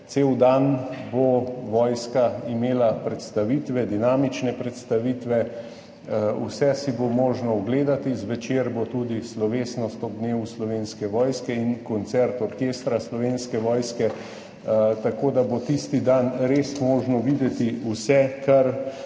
vojska bo imela cel dan predstavitve, dinamične predstavitve, vse si bo možno ogledati. Zvečer bo tudi slovesnost ob dnevu Slovenske vojske in koncert Orkestra Slovenske vojske, tako da bo tisti dan res možno videti vse, kar